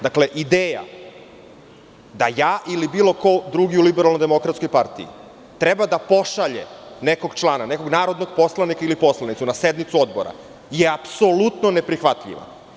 Dakle, ideja da ja ili bilo ko drugi u LDP treba da pošalje nekog člana, nekog narodnog poslanika ili poslanicu na sednicu Odbora je apsolutno neprihvatljiva.